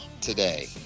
today